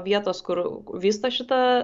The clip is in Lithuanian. vietos kur vysto šitą